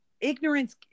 ignorance